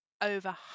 over